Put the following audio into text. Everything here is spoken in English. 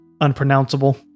unpronounceable